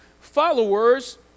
Followers